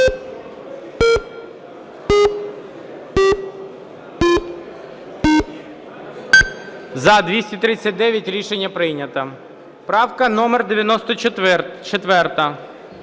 За-239 Рішення прийнято. Правка номер 94.